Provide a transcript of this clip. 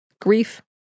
grief